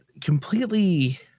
completely